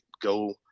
go